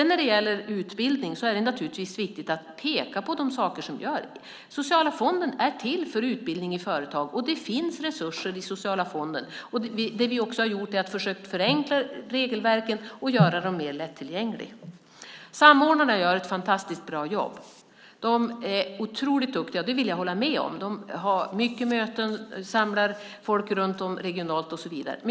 När det gäller utbildning är det viktigt att peka på de saker som görs. Sociala fonden är till för utbildning i företag. Det finns resurser där. Vi har också försökt förenkla regelverken och göra dem mer lättillgängliga. Samordnarna gör ett fantastiskt jobb. Jag håller med om att de är otroligt duktiga. De har många möten och samlar folk runt om regionalt och så vidare.